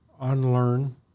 unlearn